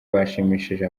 bashimishije